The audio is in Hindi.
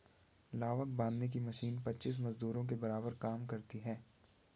लावक बांधने की मशीन पच्चीस मजदूरों के बराबर काम करती है